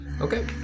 Okay